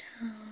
down